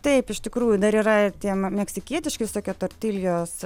taip iš tikrųjų dar yra ir tie meksikietiški visokie tortiljos